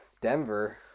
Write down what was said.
Denver